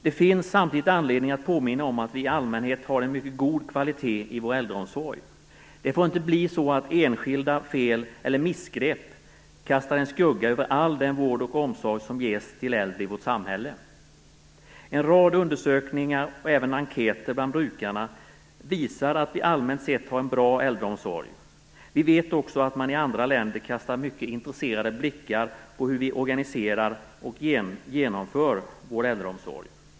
Det finns samtidigt anledning att påminna om att vi i allmänhet har en mycket god kvalitet i vår äldreomsorg. Det får inte bli så att enskilda fel eller missgrepp kastar en skugga över all den vård och omsorg som ges till äldre i vårt samhälle. En rad undersökningar och även enkäter bland brukarna visar att vi allmänt sett har en bra äldreomsorg. Vi vet också att man i andra länder kastar mycket intresserade blickar på hur vi organiserar och genomför vår äldreomsorg.